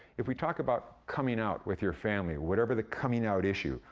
if we talk about coming out with your family, whatever the coming out issue,